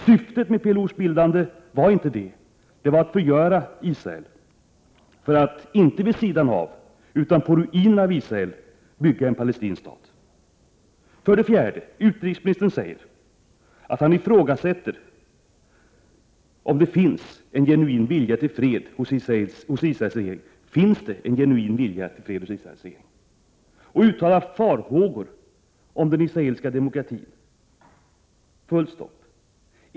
Syftet med PLO:s bildande var inte det, utan det var att förgöra Israel, för att inte vid sidan av utan på ruinerna av Israel bygga en palestinsk stat. 4. Utrikesministern säger att han ifrågasätter om det finns en genuin vilja till fred hos Israels regering och uttalar farhågor om den israeliska demokratin.